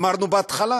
אמרנו בהתחלה: